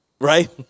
Right